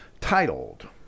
titled